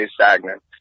stagnant